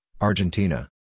Argentina